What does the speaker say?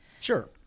Sure